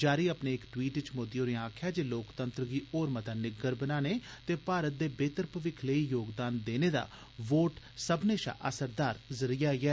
जारी अपने इक ट्वीट च मोदी होरें आक्खेया ऐ लोकतंत्र गी होर मता निग्गर बनाने ते भारत दे बेहतर भविक्ख लेई योगदान देने दा वोट सब्बने शा असरदार जरिया ऐ